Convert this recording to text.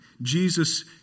Jesus